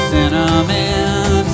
Cinnamon